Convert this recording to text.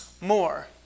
more